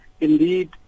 Indeed